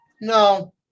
No